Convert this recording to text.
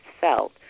felt